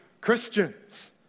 Christians